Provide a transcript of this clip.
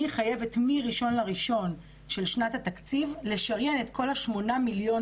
אני חייבת מה-1 בינואר של שנת התקציב לשריין את כל 8 המיליון